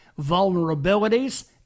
vulnerabilities